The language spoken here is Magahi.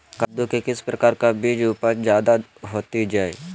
कददु के किस प्रकार का बीज की उपज जायदा होती जय?